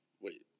Wait